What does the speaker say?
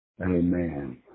Amen